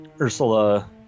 Ursula